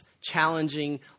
challenging